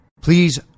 Please